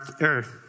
earth